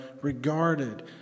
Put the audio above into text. regarded